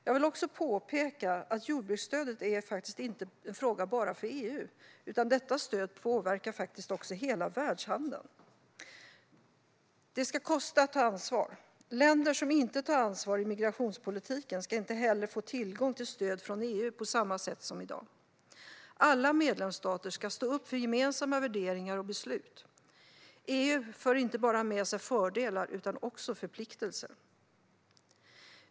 Jag vill också påpeka att jordbruksstödet inte är en fråga bara för EU, utan detta stöd påverkar faktiskt hela världshandeln. Det ska kosta att inte ta ansvar. Länder som inte tar ansvar i migrationspolitiken ska inte heller få tillgång till stöd från EU på samma sätt som i dag. Alla medlemsstater ska stå upp för gemensamma värderingar och beslut. EU för inte bara med sig fördelar utan också förpliktelser.